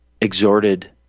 exhorted